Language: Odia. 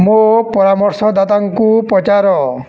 ମୋ ପରାମର୍ଶଦାତାଙ୍କୁ ପଚାର